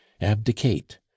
abdicate